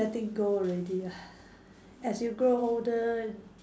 letting go already ah as you grow older